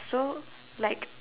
so like